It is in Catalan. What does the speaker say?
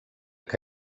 que